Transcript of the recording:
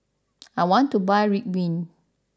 I want to buy Ridwind